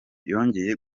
yongeye